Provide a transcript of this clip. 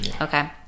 Okay